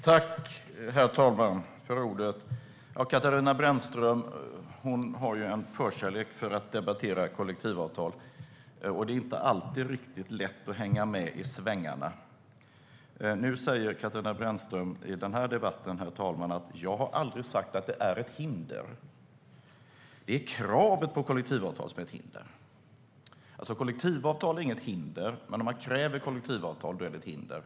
Herr talman! Katarina Brännström har en förkärlek för att debattera kollektivavtal. Det är inte alltid riktigt lätt att hänga med i svängarna. Herr talman! Nu säger Katarina Brännström i denna debatt: Jag har aldrig sagt att det är ett hinder. Det är kravet på kollektivavtal som är ett hinder. Kollektivavtal är alltså inget hinder, men om man kräver kollektivavtal är det ett hinder.